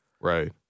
right